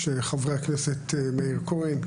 חברי הכנסת מאיר כהן,